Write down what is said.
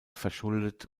verschuldet